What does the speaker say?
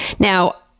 now,